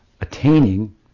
attaining